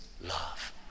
love